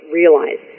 realize